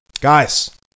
Guys